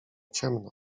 ciemno